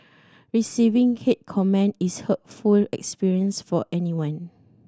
receiving hate comment is a hurtful experience for anyone